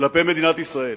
כלפי מדינת ישראל.